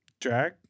Drag